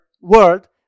world